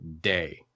day